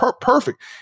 Perfect